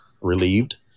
relieved